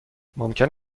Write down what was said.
ممکن